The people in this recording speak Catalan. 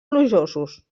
plujosos